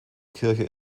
kirche